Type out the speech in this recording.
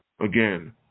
Again